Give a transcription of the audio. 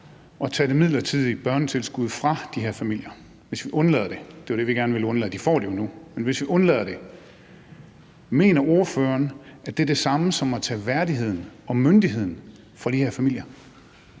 at tage det midlertidige børnetilskud fra de her familier – hvis vi undlader det; det er det, vi gerne vil undlade; de får det jo nu – er det det samme som at tage værdigheden og myndigheden fra de her familier?